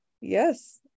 Yes